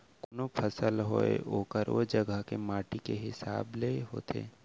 कोनों फसल होय ओहर ओ जघा के माटी के हिसाब ले होथे